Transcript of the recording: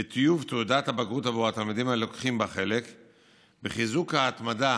בטיוב תעודת הבגרות בעבור התלמידים הלוקחים בה חלק ובחיזוק ההתמדה